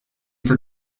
for